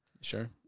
Sure